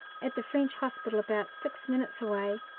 at the french hospital, about six minutes away,